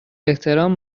احترام